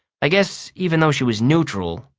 i guess even though she was neutral,